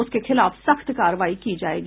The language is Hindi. उसके खिलाफ सख्त कार्रवाई की जाएगी